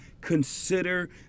consider